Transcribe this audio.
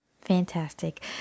Fantastic